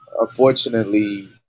unfortunately